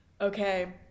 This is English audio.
Okay